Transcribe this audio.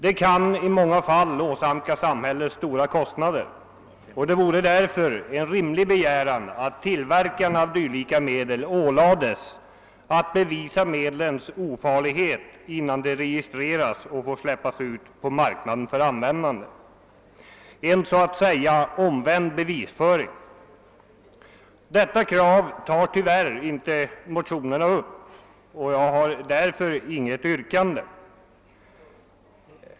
Det kan i många fall åsamka samhället stora kostnader, och det vore därför en rimlig begäran att tillverkarna av dylika medel ålades att bevisa medlens ofarlighet innan dessa registreras och får släppas ut på marknaden för användande, en så att säga omvänd bevisföring. Detta krav tas tyvärr inte upp i motionerna, och jag har därför inget yrkande.